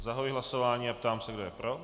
Zahajuji hlasování a ptám se, kdo je pro.